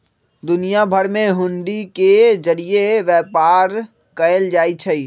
दुनिया भर में हुंडी के जरिये व्यापार कएल जाई छई